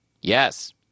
yes